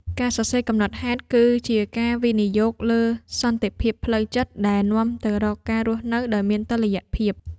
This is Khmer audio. ការសរសេរកំណត់ហេតុគឺជាការវិនិយោគលើសន្តិភាពផ្លូវចិត្តដែលនាំទៅរកការរស់នៅដោយមានតុល្យភាព។